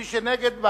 מי שנגד,